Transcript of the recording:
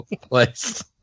place